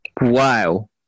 wow